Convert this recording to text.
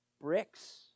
bricks